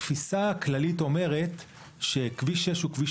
התפיסה הכללית אומרת שכביש 6 הוא כביש